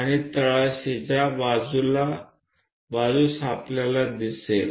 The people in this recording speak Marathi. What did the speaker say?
आणि तळाशी ज्या बाजूस आपल्याला दिसेल